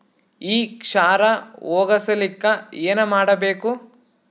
ಈ ಕ್ಷಾರ ಹೋಗಸಲಿಕ್ಕ ಏನ ಮಾಡಬೇಕು?